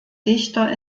dichter